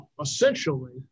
essentially